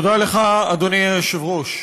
תודה לך, אדוני היושב-ראש,